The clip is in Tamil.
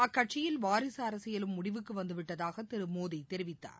அக்கட்சியில் வாரிசுஅரசியலும் முடிவுக்குவந்துவிட்டதாகதிருமோடிதெரிவித்தார்